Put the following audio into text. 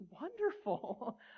wonderful